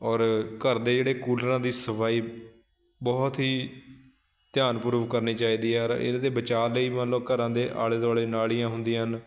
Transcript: ਔਰ ਘਰ ਦੇ ਜਿਹੜੇ ਕੂਲਰਾਂ ਦੀ ਸਫਾਈ ਬਹੁਤ ਹੀ ਧਿਆਨ ਪੂਰਵਕ ਕਰਨੀ ਚਾਹੀਦੀ ਹੈ ਔਰ ਇਹਦੇ ਬਚਾਅ ਲਈ ਮੰਨ ਲਓ ਘਰਾਂ ਦੇ ਆਲੇ ਦੁਆਲੇ ਨਾਲੀਆਂ ਹੁੰਦੀਆਂ ਹਨ